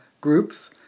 groups